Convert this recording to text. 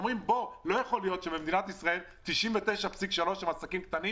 לא יכול להיות שבמדינת ישראל 99.3% הם עסקים קטנים